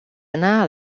anar